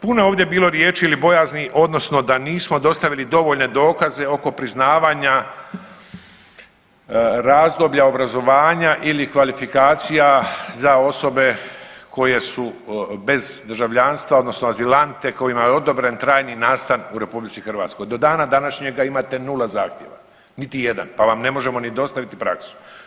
Puno je ovdje bilo riječi ili bojazni odnosno da nismo dostavili dovoljne dokaze oko priznavanja razdoblja obrazovanja ili kvalifikacija za osobe koje su bez državljanstva, odnosno azilante kojima je odobren trajni nastan u RH, do dana današnjega imate 0 zahtjeva, niti jedan pa vam ne možemo ni dostaviti praksu.